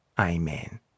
Amen